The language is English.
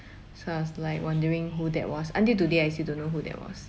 so I was like wondering who that was until today I still don't know who that was